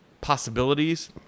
possibilities